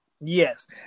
Yes